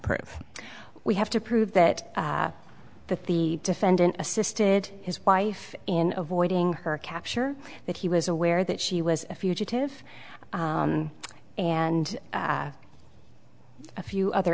prove we have to prove that that the defendant assisted his wife in avoiding her capture that he was aware that she was a fugitive and a few other